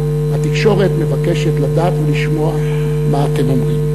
התקשורת מבקשת לדעת ולשמוע מה אתם אומרים.